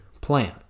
plan